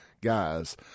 guys